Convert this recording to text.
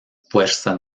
fuerza